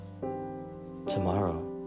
tomorrow